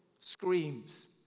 screams